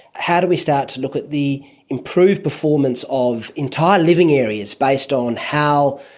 how do we start to look at the improved performance of entire living areas based on how,